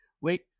Wait